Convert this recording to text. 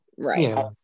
right